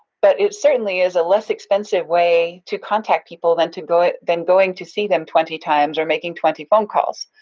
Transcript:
but it certainly is a less expensive way to contact people than to go it, than going to see them twenty times or making twenty phone calls.